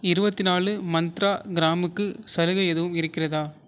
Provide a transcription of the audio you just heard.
இருபத்தி நாலு மந்த்ரா கிராம்புக்கு சலுகை எதுவும் இருக்கிறதா